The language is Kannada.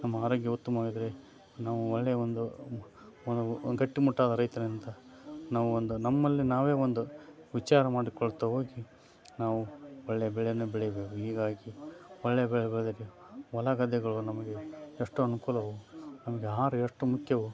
ನಮ್ಮ ಆರೋಗ್ಯ ಉತ್ತಮವಾಗಿದ್ರೆ ನಾವು ಒಳ್ಳೆಯ ಒಂದು ಒಂದು ಒಂದು ಗಟ್ಟಿಮುಟ್ಟಾದ ರೈತನಂತ ನಾವು ಒಂದು ನಮ್ಮಲ್ಲೇ ನಾವೇ ಒಂದು ವಿಚಾರ ಮಾಡಿಕೊಳ್ಳುತ್ತ ಹೋಗಿ ನಾವು ಒಳ್ಳೆಯ ಬೆಳೆಯನ್ನು ಬೆಳಿಬೋದು ಹೀಗಾಗಿ ಒಳ್ಳೆಯ ಬೆಳೆ ಬೆಳೆದಲ್ಲಿ ಹೊಲ ಗದ್ದೆಗಳು ನಮಗೆ ಎಷ್ಟು ಅನುಕೂಲವೋ ನಮಗೆ ಆಹಾರ ಎಷ್ಟು ಮುಖ್ಯವೋ